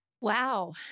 Wow